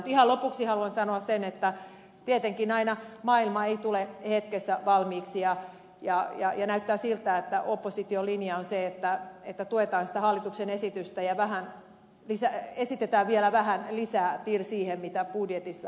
ihan lopuksi haluan sanoa sen että tietenkään aina maailma ei tule hetkessä valmiiksi ja näyttää siltä että opposition linja on se että tuetaan sitä hallituksen esitystä ja esitetään vielä vähän lisää till siihen mitä budjetissa on